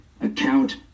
account